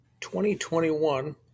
2021